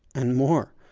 and more.